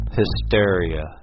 hysteria